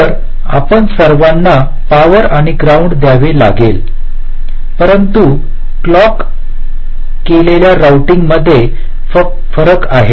तर आपणा सर्वांना पॉवर आणि ग्राउंड द्यावे लागेल परंतु क्लॉक केलेल्या रोऊटिंगमध्ये फरक आहे